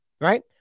right